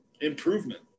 improvement